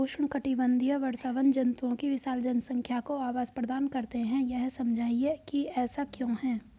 उष्णकटिबंधीय वर्षावन जंतुओं की विशाल जनसंख्या को आवास प्रदान करते हैं यह समझाइए कि ऐसा क्यों है?